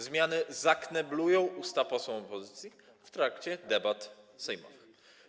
Zmiany zakneblują usta posłom opozycji w trakcie debat sejmowych.